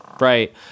Right